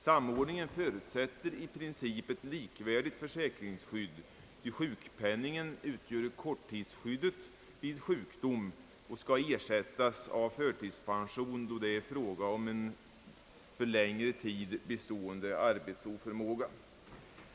Samordningen förutsätter i princip ett likvärdigt försäkringsskydd, ty sjukpenning utgör korttidsskydd vid sjukdom men skall ersättas av förtidspension då det är fråga om en för längre tid bestående arbetsoförmåga.